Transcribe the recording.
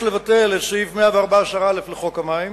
יש לבטל את סעיף 114א לחוק המים,